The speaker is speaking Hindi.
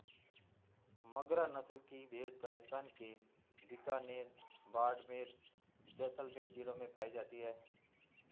मगरा नस्ल की भेंड़ राजस्थान के बीकानेर, बाड़मेर, जैसलमेर जिलों में पाई जाती हैं